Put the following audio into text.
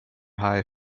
high